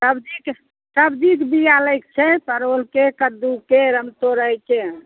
सबजीके सबजीके बिया लै छै परोरके कद्दूके रामतौरैके